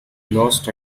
lost